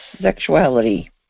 sexuality